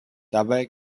dabei